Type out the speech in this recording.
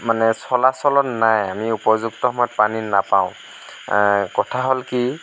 মানে চলাচলত নাই আমি উপযুক্ত সময়ত পানী নাপাওঁ কথা হ'ল কি